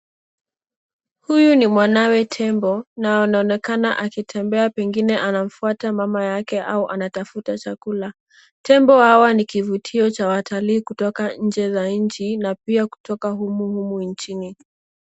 Huyu ni mwanawe tembo anaonekana akitembea pengine anamfuata mama yake au anatafuta chakula. Tembo hawa ni kuvutio cha watalii kutoka nje ya nchi na pia kutoka humu humu nchini.